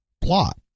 plot